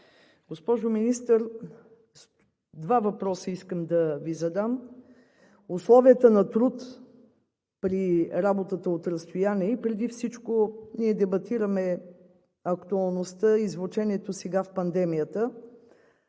Госпожо Министър, два въпроса искам да Ви задам. Условията на труд при работата от разстояние и преди всичко ние дебатираме актуалността и звученето сега в пандемията,